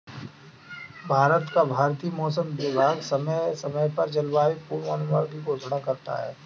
भारत का भारतीय मौसम विभाग समय समय पर जलवायु पूर्वानुमान की घोषणा करता है